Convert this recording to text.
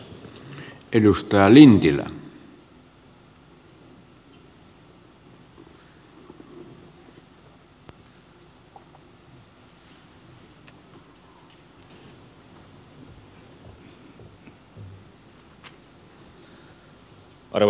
arvoisa herra puhemies